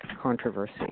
controversy